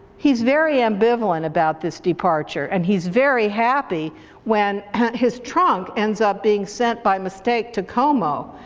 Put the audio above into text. he's very ambivalent about this departure, and he's very happy when his trunk ends up being sent by mistake to como,